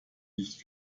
nicht